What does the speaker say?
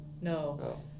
No